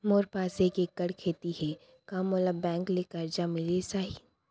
मोर पास एक एक्कड़ खेती हे का मोला बैंक ले करजा मिलिस जाही?